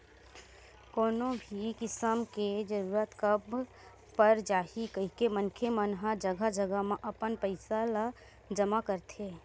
कोनो भी किसम के जरूरत कब पर जाही कहिके मनखे मन ह जघा जघा म अपन पइसा ल जमा करथे